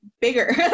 bigger